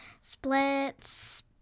splits